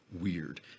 weird